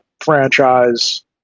franchise